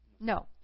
No